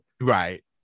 Right